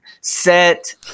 Set